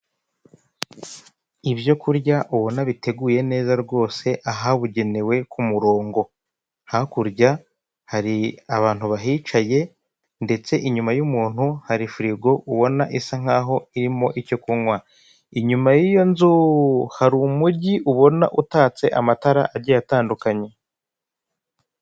Ibyo kurya ubona biteguye neza rwose ahabugenewe ku murongo, hakurya hari abantu bahicaye ndetse inyuma y'umuntu hari firigo ubona isa nkaho irimo icyo kunywa, inyuma y'iyo nzu hari umujyi ubona utatse amatara agiye atandukanye.